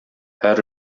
һәр